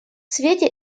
свете